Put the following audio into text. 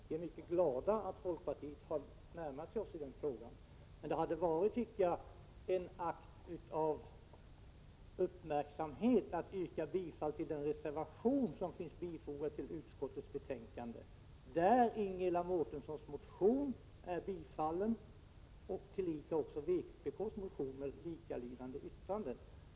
Vi är mycket glada över att folkpartiet har närmat sig oss i denna fråga. Men jag tycker att det hade varit en gest av uppmärksamhet att yrka bifall till vpk:s reservation som finns fogad till utskottets betänkande. I reservationen ansluter vi oss till Ingela Mårtenssons motion och även till vpk:s motioner med likalydande yrkanden.